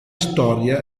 storia